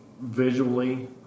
visually